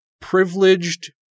privileged